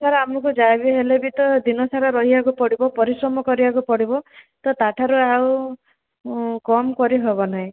sir ଆମକୁ ଯାହାବି ହେଲେ ବି ତ ଦିନ ସାରା ରହିବାକୁ ପଡ଼ିବ ପରିଶ୍ରମ କରିବାକୁ ପଡ଼ିବ ତ ତାଠାରୁ ଆଉ କମ୍ କରି ହେବନାହିଁ